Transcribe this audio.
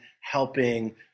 helping